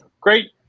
Great